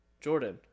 Jordan